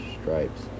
stripes